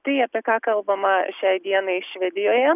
tai apie ką kalbama šiai dienai švedijoje